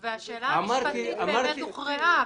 והשאלה המשפטית באמת הוכרעה,